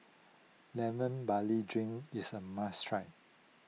Lemon Barley Drink is a must try